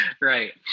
right